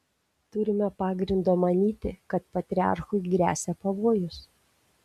turime pagrindo manyti kad patriarchui gresia pavojus